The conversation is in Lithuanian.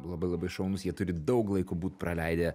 labai labai šaunūs jie turi daug laiko būt praleidę